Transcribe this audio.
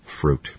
fruit